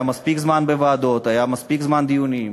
היה מספיק זמן בוועדות, היה מספיק זמן לדיונים.